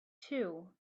too